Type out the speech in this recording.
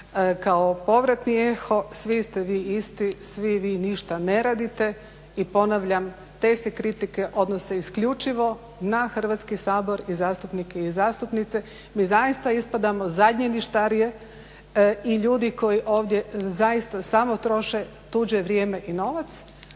kao povratni eho svi ste vi isti, svi vi ništa ne radite i ponavljam, te se kritike odnose isključivo na Hrvatski sabor i zastupnike i zastupnice. Mi zaista ispadamo zadnje ništarije i ljudi koji ovdje zaista samo troše tuđe vrijeme i novac,